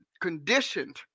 conditioned